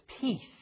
peace